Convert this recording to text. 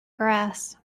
grass